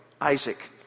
Isaac